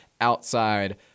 outside